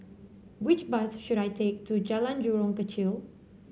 which bus should I take to Jalan Jurong Kechil